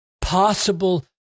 possible